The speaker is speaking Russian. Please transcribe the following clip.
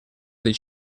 этой